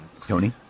Tony